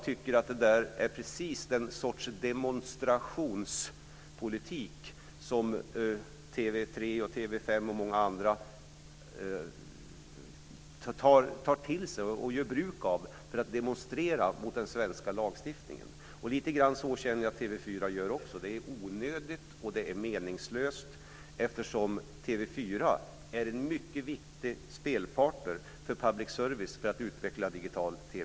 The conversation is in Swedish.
Det är precis den sortens demonstrationspolitik som TV 3, Kanal 5 och många andra kanaler tar till sig och gör bruk av för att demonstrera mot den svenska lagstiftningen. Lite grann känner jag att TV 4 också gör det. Det är onödigt och meningslöst. TV 4 är en mycket viktig spelpartner för public service för att utveckla digital-TV.